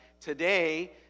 today